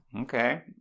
okay